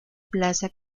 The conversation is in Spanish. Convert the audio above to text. plaza